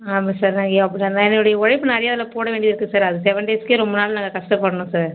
ஆமா சார் நான் என்னுடைய ஒழைப்பு நாங்க நிறைய அதில் போட வேண்டி இருக்கு சார் அந்த செவன் டேஸுக்கே எங்கே ரொம்ப நாள் நாங்கள் கஷ்டப்பட்ணும் சார்